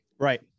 Right